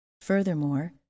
Furthermore